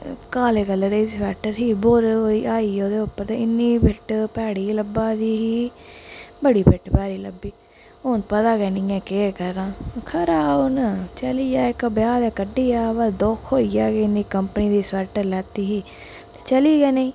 काले कलर दी स्वैटर ही बोर होई आई गेई ओह्दे उप्पर ते इन्नी फेट्ट भैड़ी लब्भा दी ही बड़ी फेट्ट भैड़ी लब्भी हून पता गै नी ऐ केह् करां खरा हून चली गेआ इक ब्याह् ते कड्ढी गेआ बा दुख होई गेआ कि इन्नी कम्पनी दी स्वैटर लैत्ती ही ते चली गै नी